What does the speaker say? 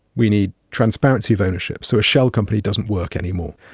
we need transparency of ownership so a shell company doesn't work anymore.